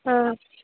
हा